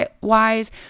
wise